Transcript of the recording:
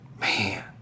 man